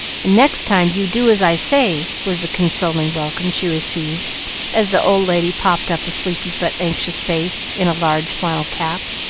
and next time you do as i say, was the consoling welcome she received as the old lady popped up a sleepy but anxious face in a large flannel cap,